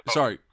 Sorry